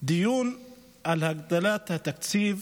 דיון על הגדלת התקציב